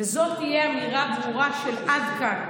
וזאת תהיה אמירה ברורה של "עד כאן".